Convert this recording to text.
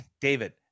David